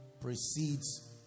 precedes